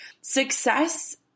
success